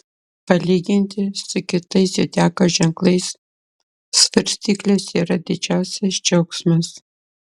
palyginti su kitais zodiako ženklais svarstyklės yra didžiausias džiaugsmas